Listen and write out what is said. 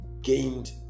gained